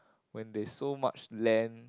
when there's so much land